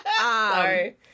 Sorry